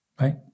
right